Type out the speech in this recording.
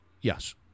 Yes